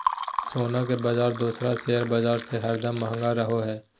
सोना के बाजार दोसर शेयर बाजार से हरदम महंगा रहो हय